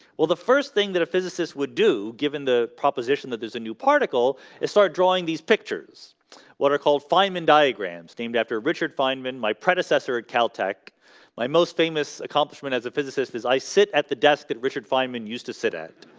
well the first thing that a physicists would do given the proposition that there's a new particle is started drawing these pictures what are called fineman diagrams named after richard fineman my predecessor at caltech my most famous? accomplishment as a physicist is i sit at the desk at richard iemon used to sit at